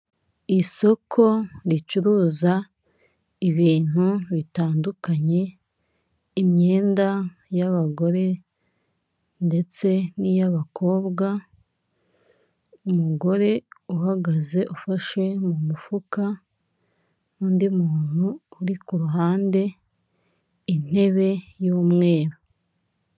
Isoko ricuruza ibintu bitandukanye, imyenda y'abagore ndetse n'iy'abakobwa, umugore uhagaze ufashe mu mufuka n'undi muntu uri ku ruhande, intebe y'umweru.